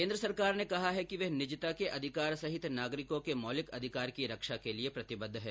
केन्द्र सरकार ने कहा है कि वह निजता के अधिकार सहित नागरिकों के मौलिक अधिकारों की रक्षा के लिए प्रतिबद्ध है